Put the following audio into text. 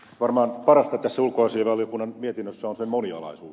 varmaan parasta tässä ulkoasiainvaliokunnan mietinnössä on sen monialaisuus